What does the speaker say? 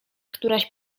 któraś